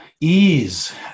ease